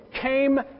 came